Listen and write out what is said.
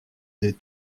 des